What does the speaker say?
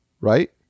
Right